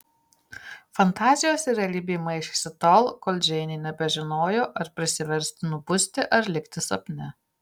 fantazijos ir realybė maišėsi tol kol džeinė nebežinojo ar prisiversti nubusti ar likti sapne